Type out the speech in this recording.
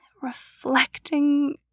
reflecting